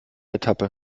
etappe